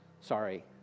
Sorry